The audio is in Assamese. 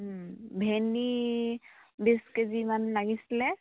ভেন্দি বিশ কেজিমান লাগিছিলে